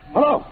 Hello